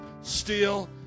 steal